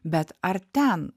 bet ar ten